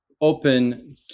open